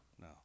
No